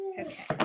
Okay